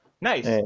Nice